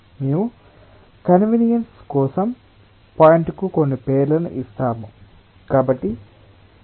మేము కన్వీనియన్స్ కోసం పాయింట్కు కొన్ని పేర్లను ఇస్తాము